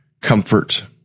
comfort